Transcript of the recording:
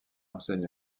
enseigne